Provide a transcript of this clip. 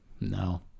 no